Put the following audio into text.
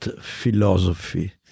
philosophy